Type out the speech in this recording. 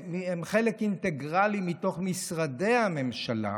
מתוך משרדי הממשלה,